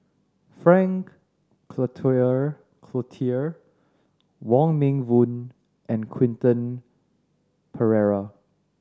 Frank Cloutier Wong Meng Voon and Quentin Pereira